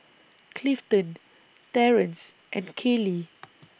Clifton Terrance and Kallie